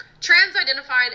Trans-identified